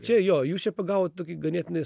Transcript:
čia jo jūs čia pagavot tokį ganėtinai